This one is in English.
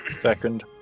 Second